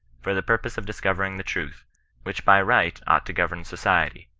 for the purpose of discovering the truth which by right ought to govern society,